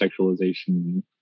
sexualization